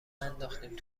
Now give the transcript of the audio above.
ننداختیم